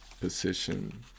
position